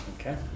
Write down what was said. Okay